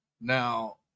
Now